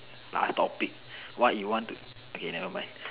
last topic what you want to okay never mind